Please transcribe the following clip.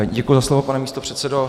Děkuji za slovo, pane místopředsedo.